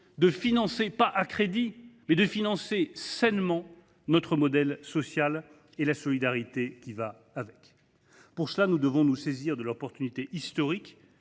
de financer, non pas à crédit, mais sainement notre modèle social et la solidarité qui va avec. Pour cela, nous devons nous saisir de l’opportunité historique